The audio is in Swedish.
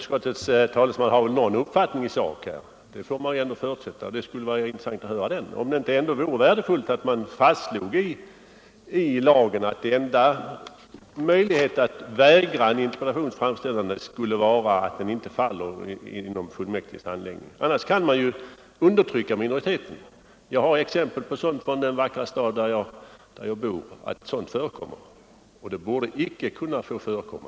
Herr talman! Man får väl ändå förutsätta att utskottets talesman har någon uppfattning i sak, och det vore intressant att få höra den. Vore det ändå inte värdefullt att i lagen fastslå att den enda möjligheten att vägra en interpellations framställande är om ämnet inte faller inom fullmäktiges handläggningsområde? Annars kan minoriteten undertryckas. Från den vackra stad där jag bor har jag exempel på att sådant förekommit, men det borde det icke få göra.